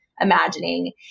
imagining